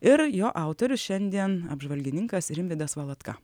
ir jo autorius šiandien apžvalgininkas rimvydas valatka